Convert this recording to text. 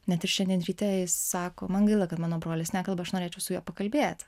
net ir šiandien ryte jis sako man gaila kad mano brolis nekalba aš norėčiau su juo pakalbėt